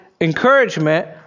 encouragement